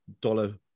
dollar